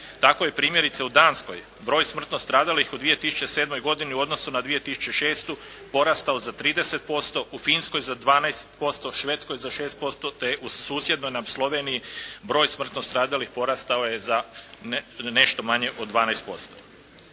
Tako je primjerice u Danskoj broj smrtno stradalih u 2007. godini u odnosu na 2006. porastao za 30%, u Finskoj za 12%, Švedskoj za 6% te u susjednoj nam Sloveniji broj smrtno stradalih porastao je za nešto manje od 12%.